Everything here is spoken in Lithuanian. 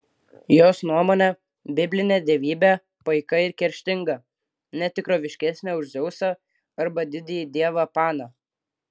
jos nuomone biblinė dievybė paika ir kerštinga ne tikroviškesnė už dzeusą arba didįjį dievą paną